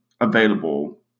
available